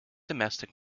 domestic